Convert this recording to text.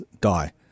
die